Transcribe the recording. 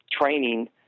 training